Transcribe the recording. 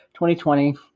2020